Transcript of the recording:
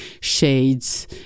shades